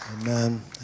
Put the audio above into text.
amen